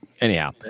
anyhow